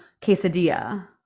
quesadilla